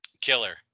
killer